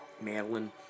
Madeline